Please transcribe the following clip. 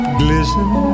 glisten